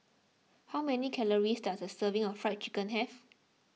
how many calories does a serving of Fried Chicken have